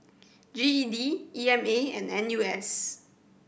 G E D E M A and N U S